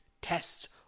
tests